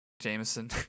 Jameson